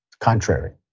contrary